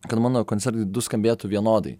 kad mano koncertai du skambėtų vienodai